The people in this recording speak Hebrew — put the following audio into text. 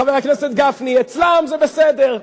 חבר הכנסת גפני, זה בסדר.